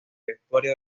vestuario